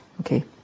Okay